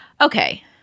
Okay